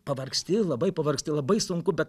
pavargsti labai pavargsti labai sunku bet